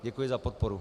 Děkuji za podporu.